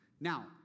Now